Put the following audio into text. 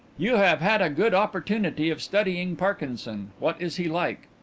you have had a good opportunity of studying parkinson. what is he like?